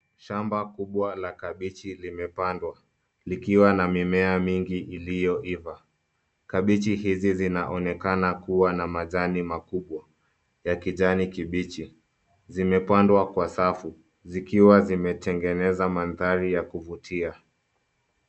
Shamba kubwa la kabichi limepandwa likiwa na mimea mingi iliyoiva. Kabichi hizi zinaonekana kuwa na majani makubwa ya kijani kibichi. Zimepandwa kwa safu zikiwa zimetengeneza mandhari ya kuvutia.